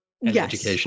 Yes